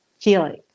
feeling